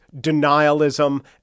denialism